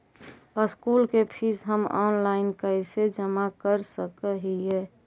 School के fees हम online कैसे जमा कर सक हिय?